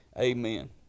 Amen